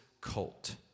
colt